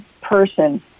person